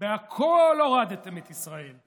בכול הורדתם את ישראל: